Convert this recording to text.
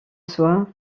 soi